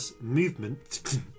movement